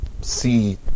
see